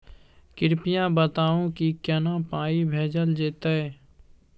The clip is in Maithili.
कृपया बताऊ की केना पाई भेजल जेतै?